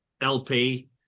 LP